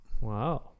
wow